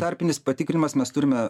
tarpinis patikrinimas mes turime